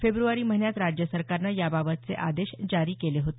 February महिन्यात राज्य सरकारनं याबाबतचे आदेश जारी केले होते